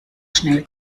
schnell